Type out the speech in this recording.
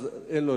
אז אין לו,